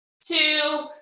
two